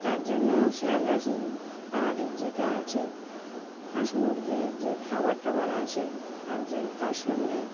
তার জন্যও খেয়াল রাখি আর যেটা আছে হাঁস মুরগির যে খাবার টাবার আছে তার জন্য তার সঙ্গে